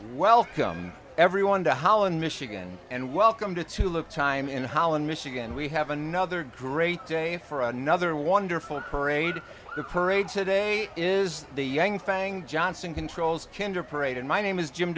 welcome everyone to holland michigan and welcome to to look time in holland michigan we have another great day for another wonderful curried the parade today is the yang fang johnson controls kandor parade and my name is jim